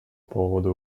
поводу